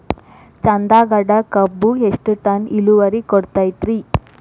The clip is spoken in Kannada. ಚಂದಗಡ ಕಬ್ಬು ಎಷ್ಟ ಟನ್ ಇಳುವರಿ ಕೊಡತೇತ್ರಿ?